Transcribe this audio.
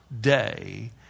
day